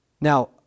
Now